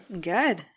Good